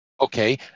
Okay